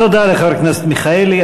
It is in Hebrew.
תודה לחבר הכנסת מיכאלי.